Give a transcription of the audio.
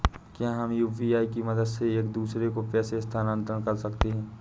क्या हम यू.पी.आई की मदद से एक दूसरे को पैसे स्थानांतरण कर सकते हैं?